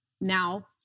now